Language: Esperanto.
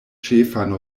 ĉefan